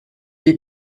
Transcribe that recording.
est